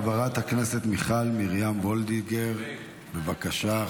חברת הכנסת מיכל מרים וולדיגר, בבקשה.